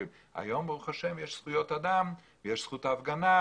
היום ברוך השם יש זכויות אדם, יש זכות הפגנה.